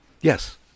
Yes